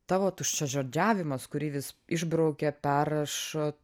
tavo tuščiažodžiavimas kurį vis išbraukia perrašo